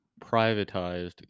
privatized